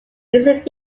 recent